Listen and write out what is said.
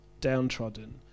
downtrodden